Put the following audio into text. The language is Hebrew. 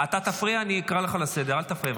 באמת נורא.